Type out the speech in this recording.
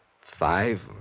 five